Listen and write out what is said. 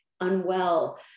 unwell